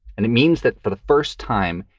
and it means that for the first time,